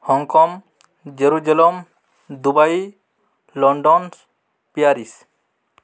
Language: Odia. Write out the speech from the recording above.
Hong Kong Jerusalem Dubai London Paris